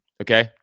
okay